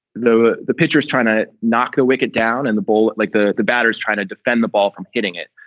the the pitcher is trying to knock a wicket down in the bowl like the the batter is trying to defend the ball from hitting it.